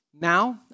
Now